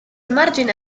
margine